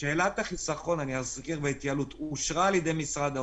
שאלת החיסכון אושרה על ידי משרד האוצר.